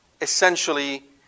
essentially